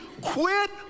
Quit